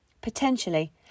Potentially